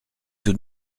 tout